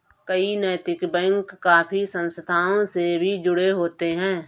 कई नैतिक बैंक काफी संस्थाओं से भी जुड़े होते हैं